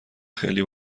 خیلی